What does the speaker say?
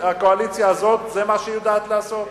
שהקואליציה הזאת זה מה שהיא יודעת לעשות.